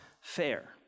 fair